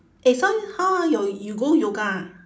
eh so how ah you you go yoga ah